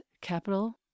capital